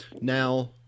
Now